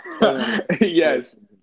Yes